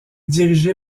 dirigée